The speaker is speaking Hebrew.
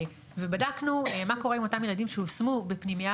ובדקנו מה קורה עם אותם ילדים שהושמו בפנימייה